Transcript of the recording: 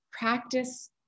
practice